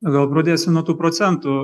na gal pradėsiu nuo tų procentų